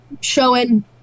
showing